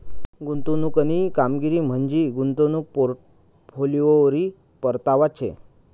गुंतवणूकनी कामगिरी म्हंजी गुंतवणूक पोर्टफोलिओवरी परतावा शे